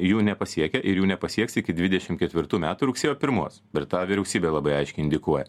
jų nepasiekia ir jų nepasieks iki dvidešim ketvirtų metų rugsėjo pirmos per tą vyriausybė labai aiškiai indikuoja